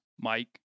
Mike